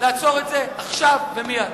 לעצור את זה עכשיו ומייד.